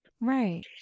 Right